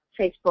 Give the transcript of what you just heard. Facebook